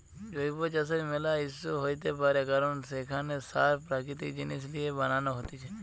জৈব চাষের ম্যালা ইস্যু হইতে পারে কারণ সেখানে সার প্রাকৃতিক জিনিস লিয়ে বানান হতিছে